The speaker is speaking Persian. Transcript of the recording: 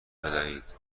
بدهید